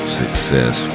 success